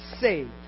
saved